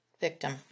victim